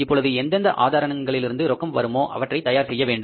இப்பொழுது எந்தெந்த ஆதாரங்களிலிருந்து ரொக்கம் வருமோ அவற்றை தயார் செய்ய வேண்டும்